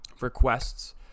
requests